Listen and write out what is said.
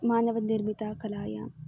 मानवनिर्मितकलायाम्